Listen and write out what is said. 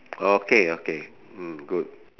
okay okay mm good